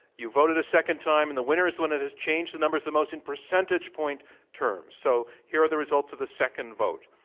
you voted a second time. and the winner is the one that has changed the numbers the most in percentage point terms. so, here are the results of the second vote.